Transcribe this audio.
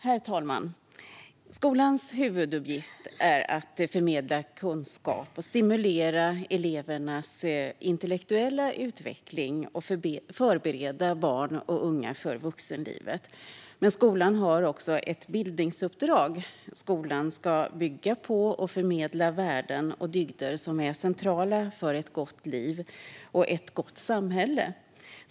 Herr talman! Skolans huvuduppgift är att förmedla kunskap, stimulera elevernas intellektuella utveckling och förbereda barn och unga för vuxenlivet. Skolan har också ett bildningsuppdrag. Skolan ska bygga på och förmedla värden och dygder som är centrala för ett gott liv och ett gott samhälle.